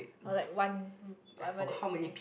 or like one whatever that thing